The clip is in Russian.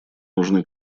нужны